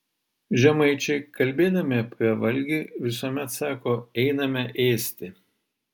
žemaičiai kalbėdami apie valgį visuomet sako einame ėsti